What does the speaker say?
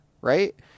Right